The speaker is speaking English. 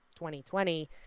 2020